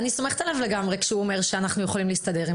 אני סומכת עליו לגמרי כשהוא אומר שאנחנו יכולים להסתדר עם